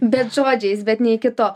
bet žodžiais bet ne į kito